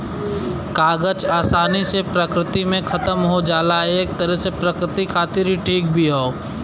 कागज आसानी से प्रकृति में खतम हो जाला एक तरे से प्रकृति खातिर इ ठीक भी हौ